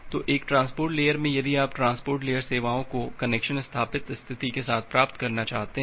तो एक transport layer में यदि आप ट्रांसपोर्ट लेयर सेवाओं को कनेक्शन स्थापित स्थिती के साथ प्राप्त करना चाहते हैं